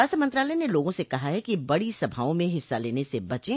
स्वास्थ्य मंत्रालय ने लोगों से कहा है कि बड़ी सभाओं में हिस्सा लेने से बचें